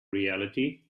reality